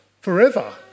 forever